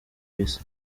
bisa